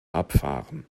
abfahren